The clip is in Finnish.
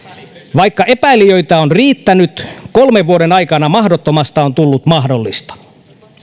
vaikka epäilijöitä on riittänyt kolmen vuoden aikana mahdottomasta on tullut mahdollista